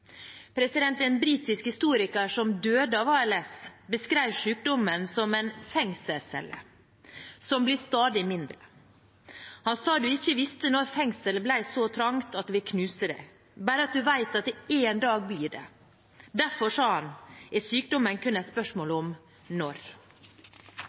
En britisk historiker som døde av ALS, beskrev sykdommen som en fengselscelle som blir stadig mindre. Han sa at man ikke visste når fengselet ville bli så trangt at det ville knuse en, bare at man visste at det en dag ville bli det. Derfor – sa han – er sykdommen kun et spørsmål